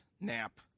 Nap